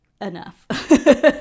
enough